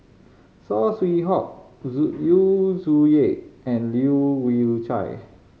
Saw Swee Hock Yu Zhuye and Leu Yew Chye